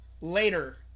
later